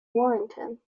warrington